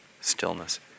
stillness